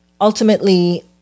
Ultimately